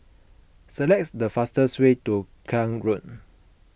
selects the fastest way to Klang Road